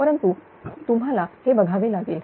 परंतु तुम्हाला हे बघावे लागेल